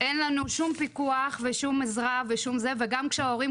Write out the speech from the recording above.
אין לנו שום פיקוח ושום עזרה וגם כשההורים